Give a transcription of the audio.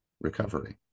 recovery